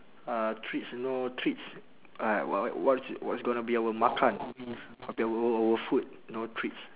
uh treats you know treats uh w~ what's what's gonna be our makan be our our food know treats